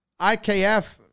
IKF